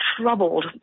troubled